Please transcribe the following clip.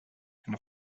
and